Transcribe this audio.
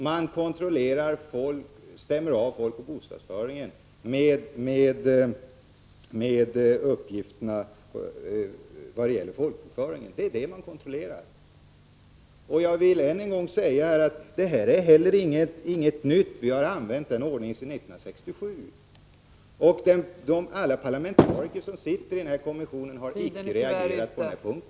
Man gör, som sagt, en avstämning mellan folkoch bostadsräkningen och folkbokföringen. Jag vill än en gång understryka att det här inte är någonting nytt utan har tillämpats sedan 1967. Ingen parlamentariker i kommissionen har reagerat på denna punkt.